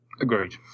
agreed